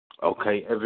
Okay